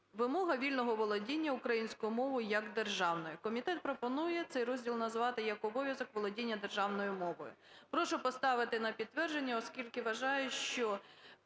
Вимога вільного володіння українською мовою як державною". Комітет пропонує цей розділ назвати як "Обов'язок володіння державною мовою". Прошу поставити на підтвердження, оскільки вважаю, що